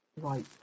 right